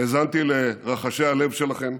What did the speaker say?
האזנתי לרחשי הלב שלכם,